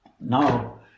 Now